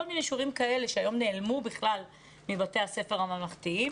כל מיני שיעורים כאלה שהיום נעלמו בכלל מבתי הספר הממלכתיים,